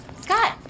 Scott